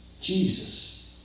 Jesus